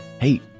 hey